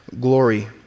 glory